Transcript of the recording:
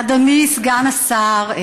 אדוני סגן השר,